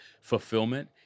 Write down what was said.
fulfillment